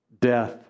death